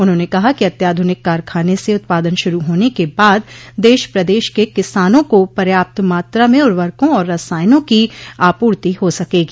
उन्होंने कहा कि अत्याधुनिक कारखाने से उत्पादन शुरू होने के बाद देश प्रदेश के किसानों को पर्याप्त मात्रा में उर्वरकों और रसायनों की आपूर्ति हो सकेगी